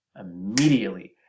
immediately